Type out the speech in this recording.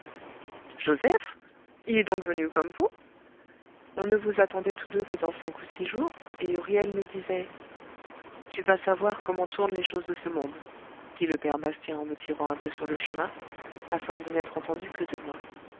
joseph il est donc venu comme vous on ne vous attendait tous deux que dans cinq ou six jours et huriel nous disait tu vas savoir comment tournent les choses de ce monde dit le père bastien en me tirant un peu sur le chemin afin de n'être entendu que de moi